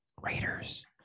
Raiders